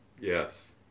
Yes